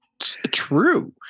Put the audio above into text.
True